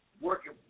working